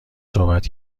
صحبت